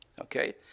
Okay